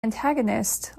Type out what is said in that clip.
antagonist